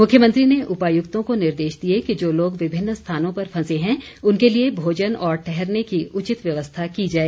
मुख्यमंत्री ने उपायुक्तों को निर्देश दिए कि जो लोग विभिन्न स्थानों पर फंसे हैं उनके लिए भोजन और ठहरने की उचित व्यवस्था की जाए